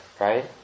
right